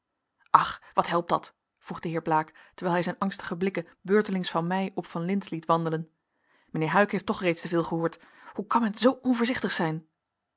ach wat helpt dat vroeg de heer blaek terwijl hij zijn angstige blikken beurtelings van mij op van lintz liet wandelen mijnheer huyck heeft toch reeds te veel gehoord hoe kan men zoo onvoorzichtig zijn